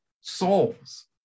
souls